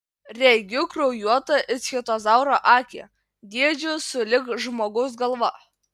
regiu kraujuotą ichtiozauro akį dydžiu sulig žmogaus galva